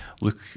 look